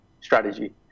strategy